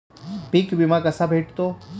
पीक विमा कसा भेटतो?